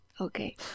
Okay